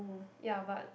ya but